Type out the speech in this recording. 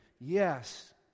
Yes